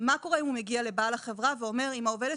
מה קורה אם הוא מגיע לבעל החברה ואומר: אם העובדת